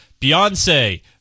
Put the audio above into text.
Beyonce